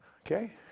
okay